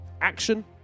action